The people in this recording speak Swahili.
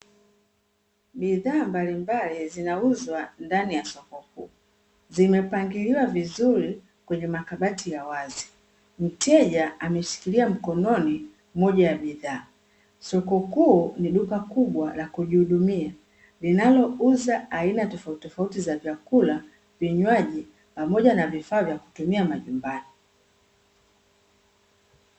Bidhaa mbalimbali zinauzwa ndani ya soko kuu, zimepangiliwa vizuri kwenye makabati ya wazi. Mteja ameshikilia mkononi moja ya bidhaa. Soko kuu ni duka kubwa la kujihudumia, linalouza aina tofauti tofauti za vyakula, vinywaji, pamoja na vifaa vya kutumia majumbani.